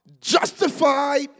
justified